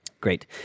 Great